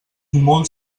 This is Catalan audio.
molt